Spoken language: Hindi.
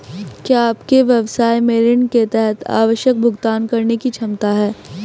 क्या आपके व्यवसाय में ऋण के तहत आवश्यक भुगतान करने की क्षमता है?